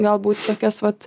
galbūt tokias pat